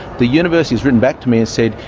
the university has written back to me and said,